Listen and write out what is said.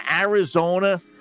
Arizona